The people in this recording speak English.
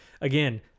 again